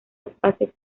espacio